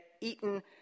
eaten